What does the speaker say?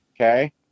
Okay